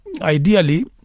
ideally